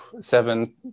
seven